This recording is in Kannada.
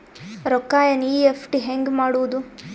ರೊಕ್ಕ ಎನ್.ಇ.ಎಫ್.ಟಿ ಹ್ಯಾಂಗ್ ಮಾಡುವುದು?